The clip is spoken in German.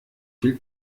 viel